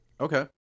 Okay